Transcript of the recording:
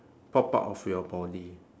pop out of your body